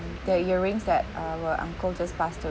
the earrings that our uncle just passed